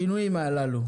השינויים הללו.